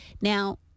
Now